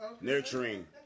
Nurturing